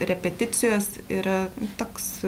repeticijos yra toks